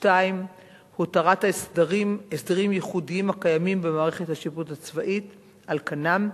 2. הותרת הסדרים ייחודיים הקיימים במערכת השיפוט הצבאית על כנם,